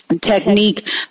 technique